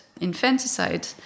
infanticide